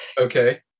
Okay